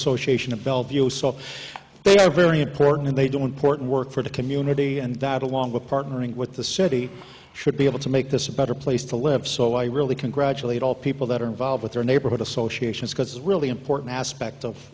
association of bellevue so they are very important and they don't court work for the community and that along with partnering with the city should be able to make this a better place to live so i really congratulate all people that are involved with their neighborhood associations because it's really important aspect of